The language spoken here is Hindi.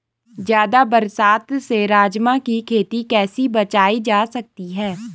ज़्यादा बरसात से राजमा की खेती कैसी बचायी जा सकती है?